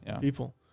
people